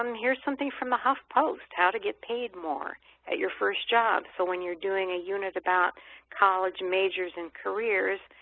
um here's something from the huff post, how to get paid more at your first job, so when you're doing a unit about college majors and careers,